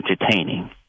entertaining